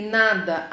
nada